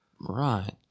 Right